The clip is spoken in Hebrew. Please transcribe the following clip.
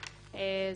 בקשה.